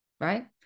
right